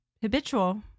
habitual